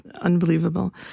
unbelievable